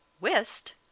Whist